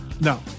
No